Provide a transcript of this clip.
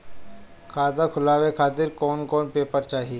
खाता खुलवाए खातिर कौन कौन पेपर चाहीं?